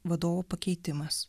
vadovo pakeitimas